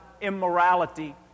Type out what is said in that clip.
immorality